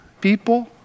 people